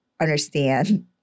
understand